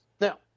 Now